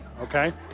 Okay